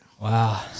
Wow